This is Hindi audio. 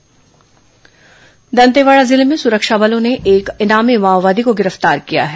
माओवादी गिरफ्तार दंतेवाड़ा जिले में सुरक्षा बलों ने एक इनामी माओवादी को गिरफ्तार किया है